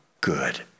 good